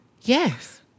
Yes